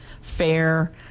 fair